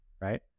Right